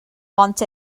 want